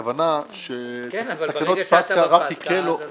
הכוונה שתקנות פטקא -- כן אבל ברגע שאתה נפלת אז אתה...